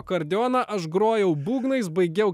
akordeoną aš grojau būgnais baigiau